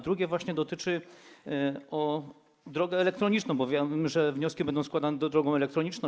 Drugie dotyczy drogi elektronicznej, bo wiem, że wnioski będą składane drogą elektroniczną.